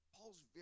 Paul's